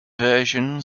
version